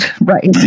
right